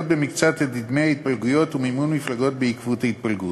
במקצת את דיני ההתפלגויות ומימון מפלגות בעקבות התפלגות.